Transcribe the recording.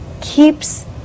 keeps